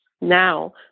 Now